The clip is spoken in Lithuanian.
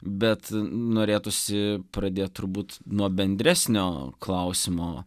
bet norėtųsi pradėt turbūt nuo bendresnio klausimo